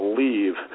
leave